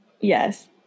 Yes